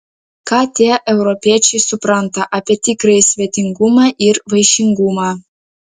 ką tie europiečiai supranta apie tikrąjį svetingumą ir vaišingumą